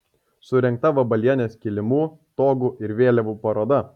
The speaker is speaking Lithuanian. surengta vabalienės kilimų togų ir vėliavų paroda